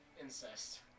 incest